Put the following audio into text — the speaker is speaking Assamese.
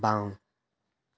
বাওঁ